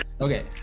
Okay